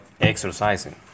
exercising